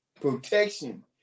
protection